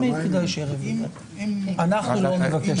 אנחנו לא נבקש.